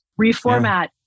reformat